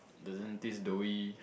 doesn't taste doughy